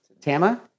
tama